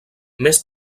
més